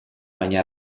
baina